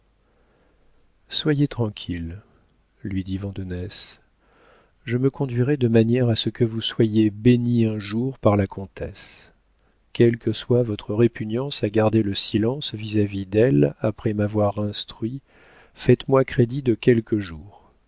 soyez tranquille lui dit vandenesse je me conduirai de manière que vous soyez bénie un jour par la comtesse quelle que soit votre répugnance à garder le silence vis-à-vis d'elle après m'avoir instruit faites-moi crédit de quelques jours